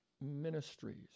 ministries